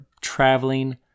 traveling